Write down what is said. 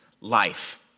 life